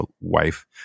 wife